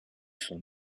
sont